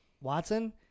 Watson